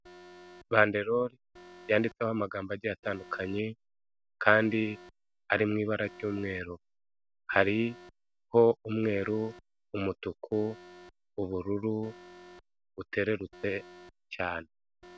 Banderori yanditseho amagambo agiye atandukanye kandi ari mu ibara ry'umweru, hariho umweru, umutuku, ubururu butererutse cyane.